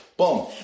Boom